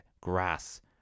grass